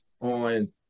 on